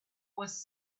was